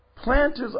Planters